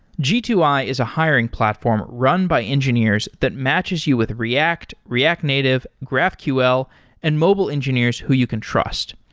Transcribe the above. g two i is a hiring platform run by engineers that matches you with react, react native, graphql and mobile engineers who you can trust.